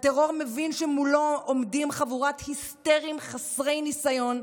הטרור מבין שמולו עומדים חבורת היסטריים חסרי ניסיון,